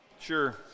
sure